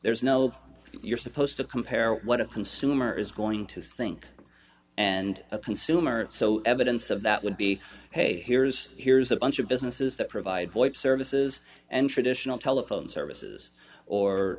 there's no you're supposed to compare what a consumer is going to think and a consumer so evidence of that would be hey here's here's a bunch of businesses that provide voice services and traditional telephone services or